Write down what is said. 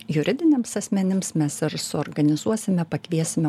juridiniams asmenims mes ir suorganizuosime pakviesime